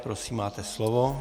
Prosím, máte slovo.